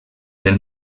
del